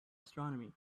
astronomy